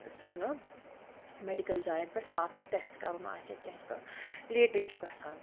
أسۍ وَنو میٚڈِکٕل جایَن پٮ۪ٹھ واتنَس ٹیٚسٹہٕ کَرُن آسہِ یا کیٚنٛہہ تہِ کَرُن لیٹٕے چھُ گَژھان